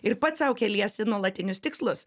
ir pats sau keliesi nuolatinius tikslus